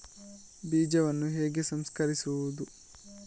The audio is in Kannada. ಬೀಜವನ್ನು ಹೇಗೆ ಸಂಸ್ಕರಿಸುವುದು?